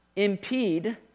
impede